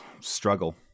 struggle